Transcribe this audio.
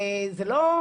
זה לא,